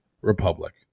republic